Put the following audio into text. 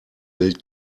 gilt